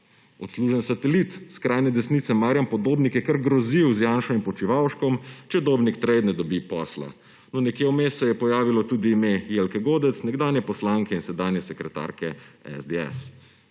Odsluženi satelit skrajne desnice Marijan Podobnik je kar grozil z Janšo in Počivalškom, če Dobnik Trade ne dobi posla. No, nekje vmes se je pojavilo tudi ime Jelke Godec, nekdanje poslanke in sedanje sekretarke SDS.